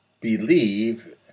believe